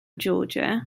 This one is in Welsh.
georgia